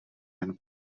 jen